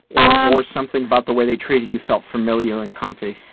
um or something about the way they treated you felt familiar and comfy?